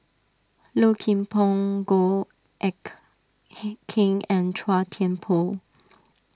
Low Kim Pong Goh Eck hey Kheng and Chua Thian Poh